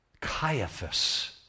Caiaphas